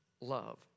love